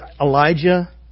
Elijah